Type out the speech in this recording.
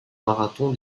marathon